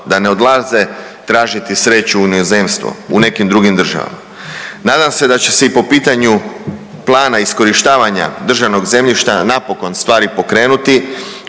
da ne odlaze tražiti sreću u inozemstvo u nekim drugim državama. Nadam se da će se i po pitanju plana iskorištavanja državnog zemljišta napokon stvari pokrenuti